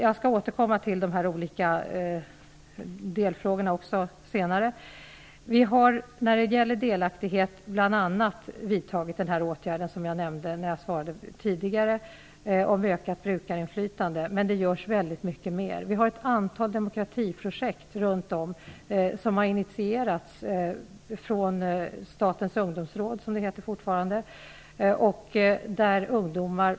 Jag skall senare återkomma till de olika delfrågorna. När det gäller delaktighet har vi bl.a. vidtagit den åtgärd som jag nämnde när jag tidigare svarade om ökat brukarinflytande. Men det görs oerhört mycket mer. Det pågår ett antal demokratiprojekt som har initierats från Statens ungdomsråd, som det fortfarande heter.